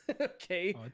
okay